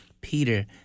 Peter